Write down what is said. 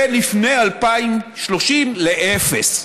ולפני 2030, לאפס.